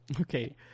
Okay